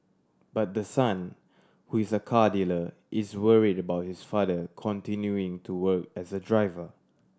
but the son who is a car dealer is worried about his father continuing to work as a driver